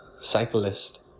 cyclist